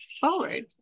forward